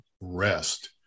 rest